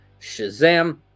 shazam